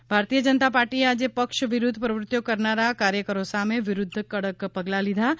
ભાજપ કાર્યવાહી ભારતીય જનતા પાર્ટીએ આજે પક્ષ વિરુદ્ધ પ્રવૃત્તિઓ કરનારા કાર્યકરો સામે વિરૂદ્ધ કડક પગલાં લીધા છે